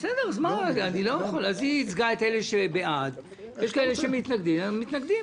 אני רוצה להגיד כמה דברים לסיכום: דבר אחד,